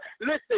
Listen